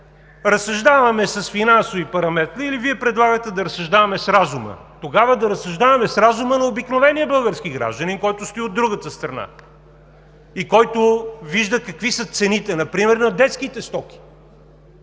разсъждаваме с финансови параметри или Вие предлагате да разсъждаваме с разума. Тогава да разсъждаваме с разума на обикновения български гражданин, който стои от другата страна и който вижда какви са цените например на детските стоки.